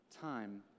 time